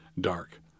dark